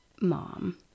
mom